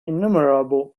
innumerable